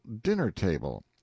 dinner-table